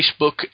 Facebook